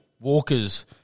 Walker's